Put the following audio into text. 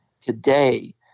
today